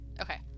okay